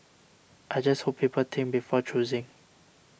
I just hope people think before choosing